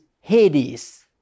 Hades